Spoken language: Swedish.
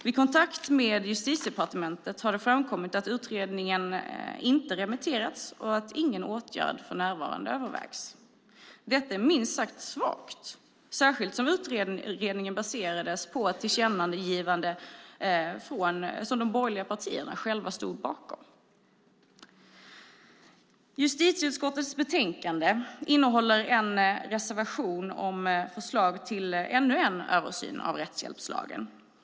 Vid kontakt med Justitiedepartementet har det framkommit att utredningen inte remitterats och att ingen åtgärd för närvarande övervägs. Detta är minst sagt svagt, särskilt som utredningen baserades på ett tillkännagivande som de borgerliga partierna själva stod bakom. Justitieutskottets betänkande innehåller en reservation med förslag om ännu en översyn av rättshjälpslagen.